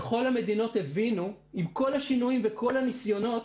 בכל המדינות עם כל השינויים וכל הניסיונות